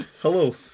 hello